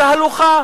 זה תהלוכה